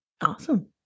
Awesome